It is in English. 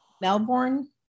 Melbourne